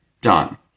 done